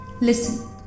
Listen